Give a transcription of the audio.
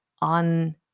on